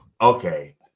Okay